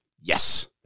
Yes